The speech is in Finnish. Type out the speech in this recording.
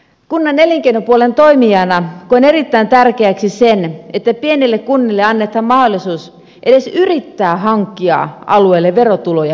kunnan elinkeinopuolen toimijana koen erittäin tärkeäksi sen että pienille kunnille annetaan mahdollisuus edes yrittää hankkia alueelle verotulojakin